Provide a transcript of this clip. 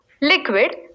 liquid